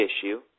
issue